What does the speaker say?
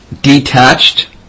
detached